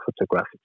photographic